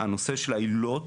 הנושא העילות